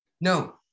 no